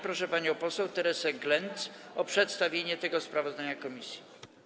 Proszę panią poseł Teresę Glenc o przedstawienie dodatkowego sprawozdania komisji.